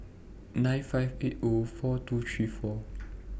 nine five eight O four two three four